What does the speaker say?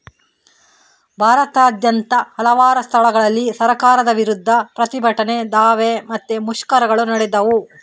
ಭಾರತದಾದ್ಯಂತ ಹಲವಾರು ಸ್ಥಳಗಳಲ್ಲಿ ಸರ್ಕಾರದ ವಿರುದ್ಧ ಪ್ರತಿಭಟನೆ, ದಾವೆ ಮತ್ತೆ ಮುಷ್ಕರಗಳು ನಡೆದವು